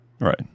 Right